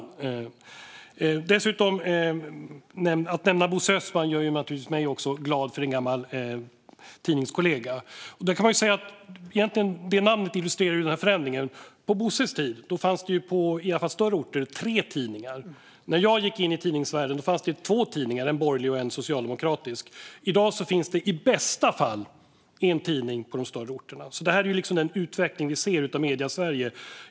Att hon dessutom nämner Bosse Östman gör mig också glad, för det är en gammal tidningskollega. Det namnet illustrerar förändringen. På Bosses tid fanns det i varje fall på större orter tre tidningar. När jag gick in i tidningsvärlden fanns det två tidningar, en borgerlig och en socialdemokratisk. I dag finns det i bästa fall en tidning på de större orterna. Det är den utveckling vi ser av Mediesverige.